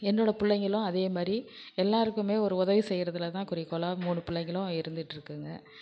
என்னோட பிள்ளைங்களும் அதேமாதிரி எல்லாருக்குமே ஒரு உதவி செய்யறதுலதான் குறிக்கோளாக மூணு பிள்ளைங்களும் இருந்துட்டுருக்குங்க